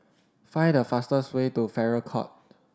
find the fastest way to Farrer Court